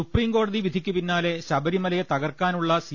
സുപ്രീംകോടതി വിധിക്കുപിന്നാലെ ശബരിമലയെ തകർക്കാൻ ഉള്ള സി